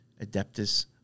Adeptus